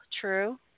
true